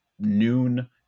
noon